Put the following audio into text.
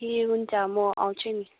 ए हुन्छ म आउँछु नि